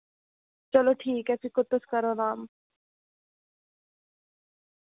चलो ठीक ऐ फिर तुस करो अराम